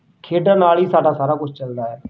ਖੇਡਣ ਨਾਲ ਹੀ ਸਾਡਾ ਸਾਰਾ ਕੁਝ ਚੱਲਦਾ ਹੈ